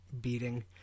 beating